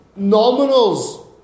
nominals